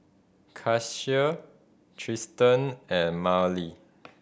Cassius Tristen and Mylie